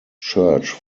church